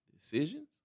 decisions